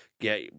Get